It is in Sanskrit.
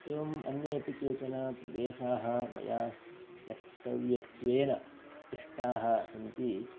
एवम् अन्येऽपि केचन प्रदेशाः मया द्रष्टव्यत्वेन इष्टाः सन्ति